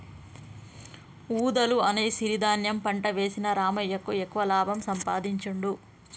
వూదలు అనే ఈ సిరి ధాన్యం పంట వేసిన రామయ్యకు ఎక్కువ లాభం సంపాదించుడు